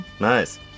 Nice